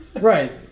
Right